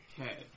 Okay